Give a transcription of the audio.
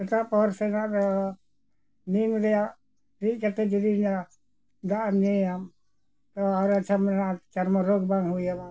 ᱮᱴᱟᱜ ᱯᱟᱣᱟᱨ ᱥᱮᱱᱟᱜ ᱫᱚ ᱱᱤᱢ ᱨᱮᱭᱟᱜ ᱨᱤᱫ ᱠᱟᱛᱮ ᱡᱩᱫᱤ ᱫᱟᱜ ᱮᱢ ᱧᱩᱭᱟᱢ ᱛᱚ ᱟᱨᱚ ᱟᱪᱷᱟ ᱢᱮᱱᱟᱜᱼᱟ ᱪᱚᱨᱢᱚ ᱨᱳᱜᱽ ᱵᱟᱝ ᱦᱩᱭ ᱟᱢᱟ